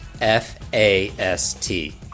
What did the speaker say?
F-A-S-T